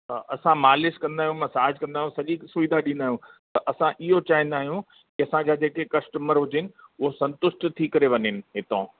अ असां मालिश कंदा आहियूं मसाज कंदा आहियूं सॼी सुविधा ॾींदा आहियूं त असां इहो चाहींदा आहियूं की असांजा जेके कस्टमर हुजे उहो संतुष्ट थी करे वञनि हितां